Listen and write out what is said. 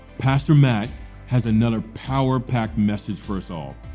pastor matt has another power packed message for us all.